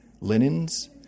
Linens